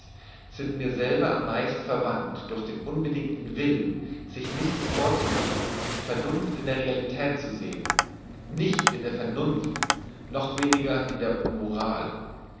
sind mir selber am meisten verwandt durch den unbedingten willen sich nichts vorzumachen und die vernunft in der realität zu sehn nicht in der vernunft noch weniger in der moral